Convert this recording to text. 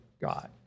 God